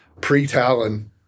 Pre-Talon